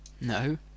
No